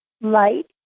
Light